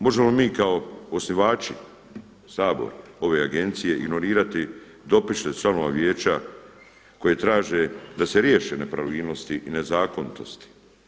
Možemo li mi kao osnivači, Sabor ove agencije ignorirati dopise članova Vijeća koje traže da se riješe nepravilnosti i nezakonitosti.